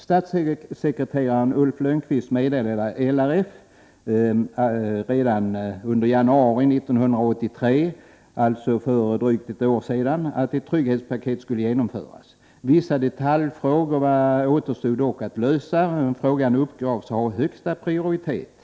Statssekreterare Ulf Lönnqvist meddelade LRF redan under januari 1983, alltså för drygt ett år sedan, att ett trygghetspaket skulle komma. Vissa detaljfrågor återstod dock att lösa, men frågan uppgavs ha högsta prioritet.